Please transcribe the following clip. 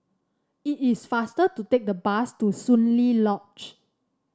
it is faster to take the bus to Soon Lee Lodge